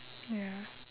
ya